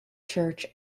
church